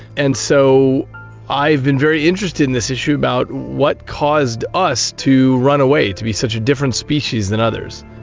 and so i've been very interested in this issue about what caused us to run away, to be such a different species than others.